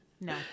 no